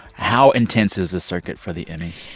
how intense is the circuit for the emmys?